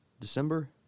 December